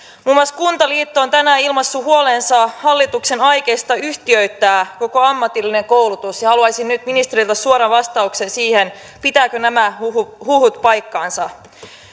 muun muassa kuntaliitto on tänään ilmaissut huolensa hallituksen aikeista yhtiöittää koko ammatillinen koulutus ja haluaisin nyt ministeriltä suoran vastauksen siihen pitävätkö nämä huhut huhut paikkaansa